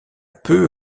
peut